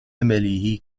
عمله